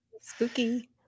spooky